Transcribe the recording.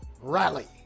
rally